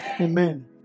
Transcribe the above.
Amen